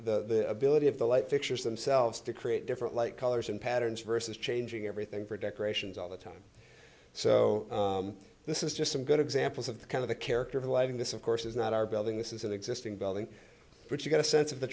the ability of the light fixtures themselves to create different light colors and patterns versus changing everything for decorations all the time so this is just some good examples of the kind of the character of the lighting this of course is not our building this is an existing building but you get a sense of the